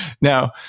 Now